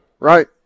Right